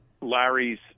Larry's